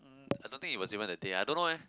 um I don't think it was even that day I don't know eh